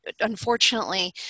unfortunately